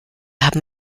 haben